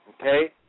Okay